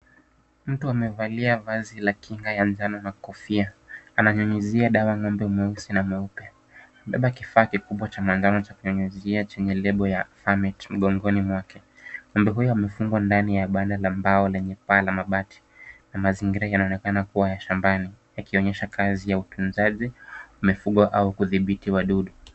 Mtu amevalia vazi la kinga ya njano na kofia. Ananyunyuzia dawa ng'ombe mweusi na mweupe. Amebeba kifaa kikubwa cha madawa cha kunyunyuzia chenye lebo ya Farmit mgongoni mwake. Ngombe huyu amefungwa ndani ya banda la mbao lenye paa la mabati na mazingira yanaonekana kuwa ya shambani yakionyesha kazi ya utunzaji mifugo au kidhibiti wadudu.